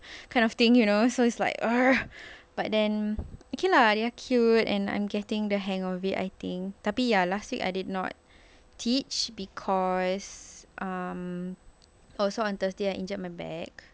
kind of thing you know so it's like ugh but then okay lah they are cute and I'm getting the hang of it I think tapi ah last week I did not teach because um oh so on thursday I injured my back